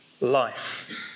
life